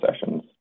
sessions